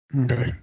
Okay